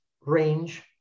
range